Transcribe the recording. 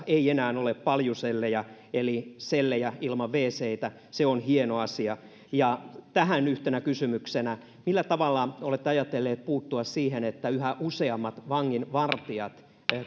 ei enää ole paljusellejä eli sellejä ilman wctä se on hieno asia ja tähän yhtenä kysymyksenä millä tavalla olette ajatellut puuttua siihen että yhä useammat vanginvartijat